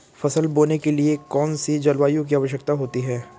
फसल बोने के लिए कौन सी जलवायु की आवश्यकता होती है?